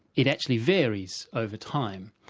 it actually varies over time.